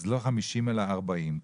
אז לא 50 אלא 40,